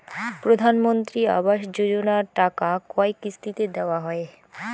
প্রধানমন্ত্রী আবাস যোজনার টাকা কয় কিস্তিতে দেওয়া হয়?